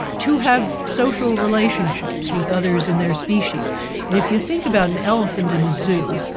to have social relationships with others in their species. and if you think about an elephant in a zoo,